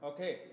Okay